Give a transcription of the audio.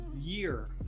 year